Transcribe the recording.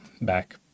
back